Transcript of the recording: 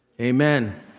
amen